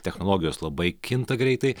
technologijos labai kinta greitai